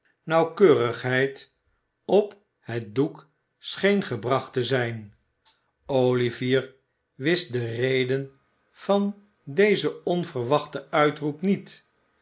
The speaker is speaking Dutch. nauwkeurigheid op het doek scheen gebracht te zijn olivier wist de reden van dezen onverwachten uitroep niet